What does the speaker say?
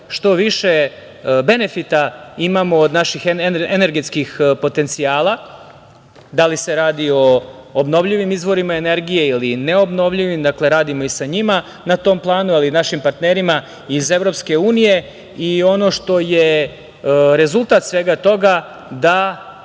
što više benefita imamo od naših energetskih potencijala, da li se radi o obnovljivim izvorima energije ili ne obnovljivim, dakle radimo i sa njima na tom planu, ali i našim partnerima iz EU.Ono što je rezultat svega toga, da